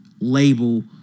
label